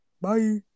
Bye